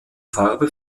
farbe